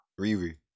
Riri